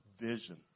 vision